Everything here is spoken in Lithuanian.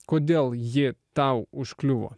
kodėl ji tau užkliuvo